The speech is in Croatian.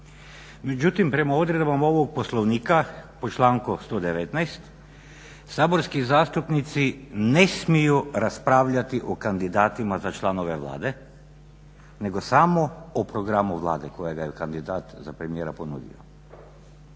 Međutim, prema odredbama ovog Poslovnika u članku 119. saborski zastupnici ne smiju raspravljati o kandidatima za članove Vlade nego samo o programu Vlade …/Govornik se ne razumije./… kandidat za premijera ponudio.